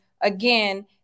again